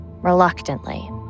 reluctantly